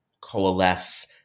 coalesce